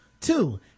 two